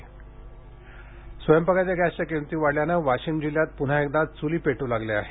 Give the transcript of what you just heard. चली स्वयंपाकाच्या गॅसच्या किंमती वाढल्याने वाशीम जिल्ह्यात पुन्हा एकदा चुली पेटू लागल्या आहेत